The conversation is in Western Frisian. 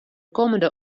kommende